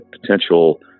potential